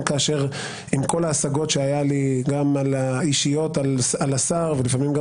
עם כל ההשגות שהיו לי גם האישיות על השר ולפעמים גם